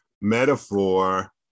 Metaphor